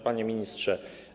Panie Ministrze!